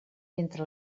entre